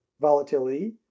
volatility